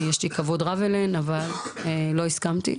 יש לי כבוד רב אליהן אבל לא הסכמתי.